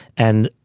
and,